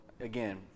again